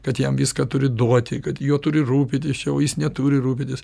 kad jam viską turi duoti kad juo turi rūpytis o jis neturi rūpytis